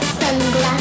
sunglasses